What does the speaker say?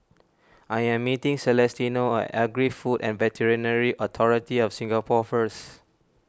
I am meeting Celestino at Agri Food and Veterinary Authority of Singapore first